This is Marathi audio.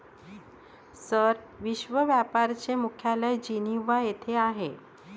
सर, विश्व व्यापार चे मुख्यालय जिनिव्हा येथे आहे